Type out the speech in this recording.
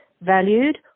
valued